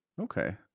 Okay